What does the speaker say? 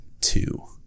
two